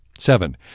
Seven